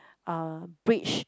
uh breach